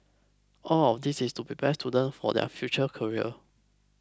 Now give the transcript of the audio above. all of this is to prepare students for their future career